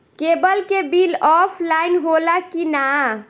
Cable के bill offline होला कि ना?